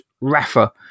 rafa